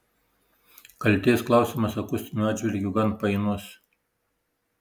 kaltės klausimas akustiniu atžvilgiu gan painus